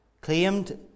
claimed